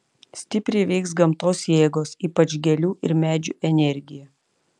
stipriai veiks gamtos jėgos ypač gėlių ir medžių energija